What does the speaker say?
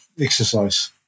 exercise